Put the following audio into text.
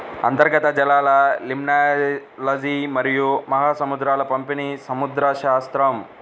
అంతర్గత జలాలలిమ్నాలజీమరియు మహాసముద్రాల పంపిణీసముద్రశాస్త్రం